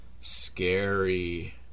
scary